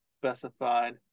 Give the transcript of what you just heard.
specified